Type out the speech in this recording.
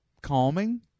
calming